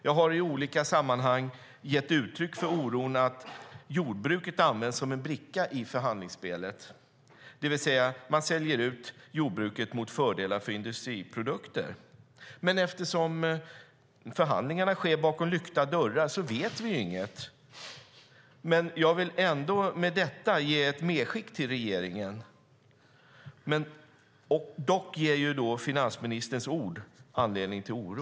Jag har i olika sammanhang gett uttryck för oron att jordbruket används som en bricka i förhandlingsspelet, det vill säga att man säljer ut jordbruket mot fördelar för industriprodukter. Men eftersom förhandlingarna sker bakom lyckta dörrar vet vi inget. Jag vill med detta göra ett medskick till regeringen. Finansministerns ord ger dock anledning till oro.